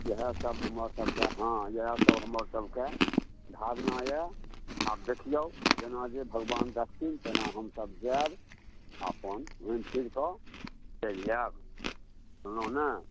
इएहसब हमरसबके हँ इएहसब हमरसबके धारणा अइ आब देखिऔ जेना जे भगवान रखथिन तेना हमसब जाएब अपन घुमिफिरिकऽ चलि जाएब बुझलहुँ ने